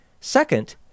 Second